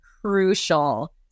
crucial